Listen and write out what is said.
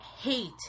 hate